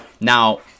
Now